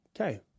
Okay